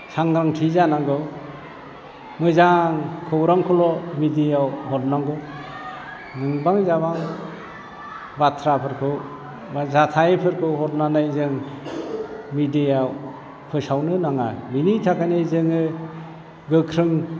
सांग्रांथि जानांगौ मोजां खौरांखौल' मिडियायाव हरनांगौ नंबां जाबां बाथ्राफोरखौ बा जाथायफोरखौ हरनानै जों मिडियाआव फोसावनो नाङा बेनिथाखायनो जोङो गोख्रों